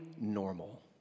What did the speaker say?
normal